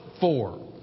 four